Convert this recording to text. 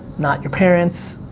not your parents,